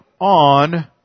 on